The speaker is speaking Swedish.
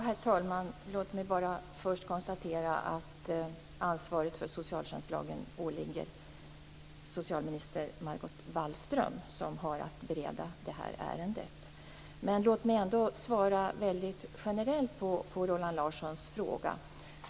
Herr talman! Låt mig först bara konstatera att ansvaret för socialtjänstlagen åligger socialminister Margot Wallström, som har att bereda det här ärendet. Låt mig ändå svara väldigt generellt på Roland Larssons fråga.